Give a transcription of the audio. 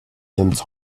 johns